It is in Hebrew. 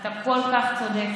אתה כל כך צודק,